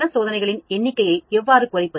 சோதனைகளின் எண்ணிக்கையை எவ்வாறு குறைப்பது